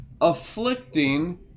afflicting